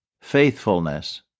faithfulness